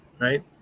right